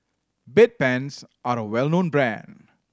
Bedpans are a well known brand